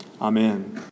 Amen